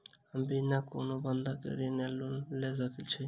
हम बिना कोनो बंधक केँ ऋण वा लोन लऽ सकै छी?